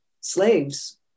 slaves